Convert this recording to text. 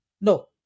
no